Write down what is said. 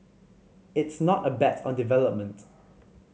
it's not a bet on development